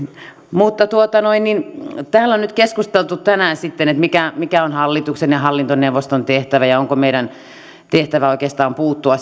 täällä on keskusteltu tänään mikä mikä on hallituksen ja hallintoneuvoston tehtävä ja onko meidän tehtävämme oikeastaan puuttua